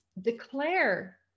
declare